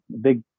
big